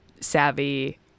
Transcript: savvy